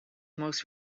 most